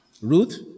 Ruth